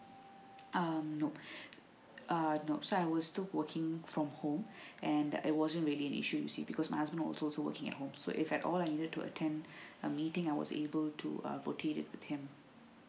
uh no uh no so I would still working from home and that it wasn't really issues you because my husband also working at home so if at all either to attend a meeting I was able to uh rotated with him